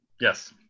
yes